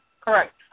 Correct